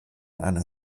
einer